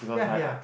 ya ya